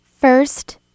First